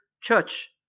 church